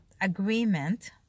agreement